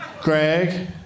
Greg